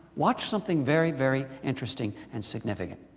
watch something very, very interesting and significant.